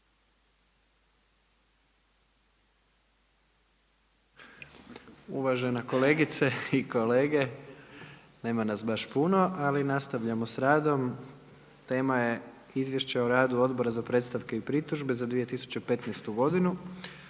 Uvažena kolegice i kolege, nema nas baš puno ali nastavljamo sa radom. Tema je: - Izvješće o radu Odbora za predstavke i pritužbe za 2015. godinu.